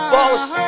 Boss